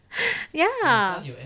ya